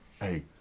hey